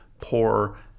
poor